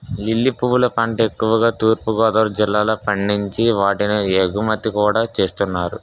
lily పువ్వుల పంట ఎక్కువుగా తూర్పు గోదావరి జిల్లాలో పండించి వాటిని ఎగుమతి కూడా చేస్తున్నారు